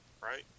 right